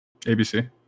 ABC